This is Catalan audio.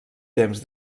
temps